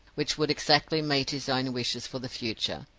which would exactly meet his own wishes for the future,